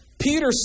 Peter